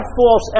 false